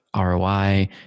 roi